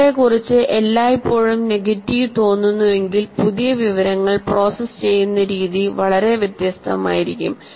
നിങ്ങളെക്കുറിച്ച് എല്ലായ്പ്പോഴും നെഗറ്റീവ് തോന്നുന്നുവെങ്കിൽ പുതിയ വിവരങ്ങൾ പ്രോസസ്സ് ചെയ്യുന്ന രീതി വളരെ വ്യത്യസ്തമായിരിക്കും